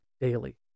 daily